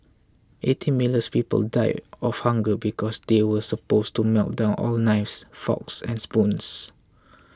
eighteen millions people died of hunger because they were supposed to melt down all knives forks and spoons